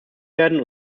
werden